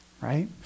right